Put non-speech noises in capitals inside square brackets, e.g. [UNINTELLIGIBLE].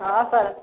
[UNINTELLIGIBLE]